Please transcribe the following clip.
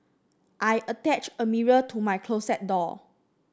I attached a mirror to my closet door